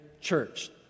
church